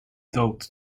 thought